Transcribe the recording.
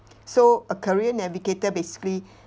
so a career navigator basically